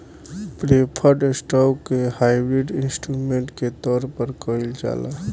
preferred stock के hybrid instrument के तौर पर कइल जाला